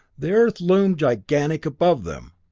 the earth loomed gigantic above them!